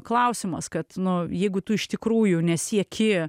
klausimas kad nu jeigu tu iš tikrųjų nesieki